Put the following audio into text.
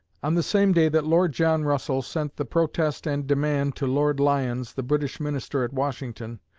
on the same day that lord john russell sent the protest and demand to lord lyons, the british minister at washington,